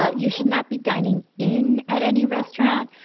ah you should not be dining in at any restaurant,